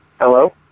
Hello